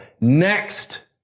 Next